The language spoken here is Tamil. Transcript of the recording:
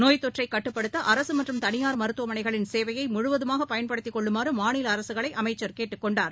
நோய்த்தொற்றைகட்டுப்படுத்தஅரசுமற்றும் தனியார் மருத்துவமனைகளின் சேவையமுழுவதமாகபயன்படுத்திக்கொள்ளுமாறுமாநிலஅரசுகளைஅமைச்சர் கேட்டுக்கொண்டார்